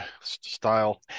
style